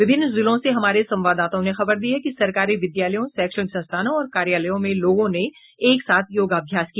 विभिन्न जिलों से हमारे संवाददाताओं ने खबर दी है कि सरकारी विद्यालयों शैक्षणिक संस्थानों और कार्यालयों में लोगों ने एक साथ योगाभ्यास किया